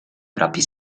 propi